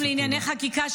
בוועדת שרים לענייני חקיקה,